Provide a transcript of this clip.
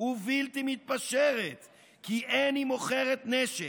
ובלתי מתפשרת כי אין היא מוכרת נשק,